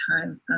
time